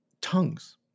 tongues